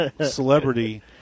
celebrity